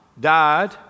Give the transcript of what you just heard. died